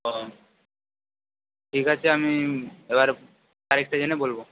ও ঠিক আছে আমি এবার তারিখটা জেনে বলব